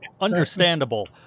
Understandable